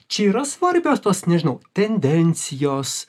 čia yra svarbios tos nežinau tendencijos